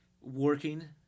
working